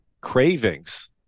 cravings